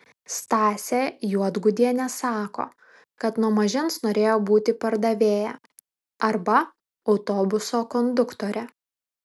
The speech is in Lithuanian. stasė juodgudienė sako kad nuo mažens norėjo būti pardavėja arba autobuso konduktore